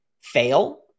fail